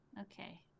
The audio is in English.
Okay